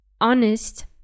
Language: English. honest